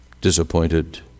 disappointed